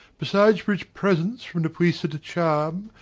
besides rich presents from the puissant cham,